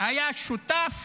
והיה שותף